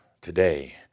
today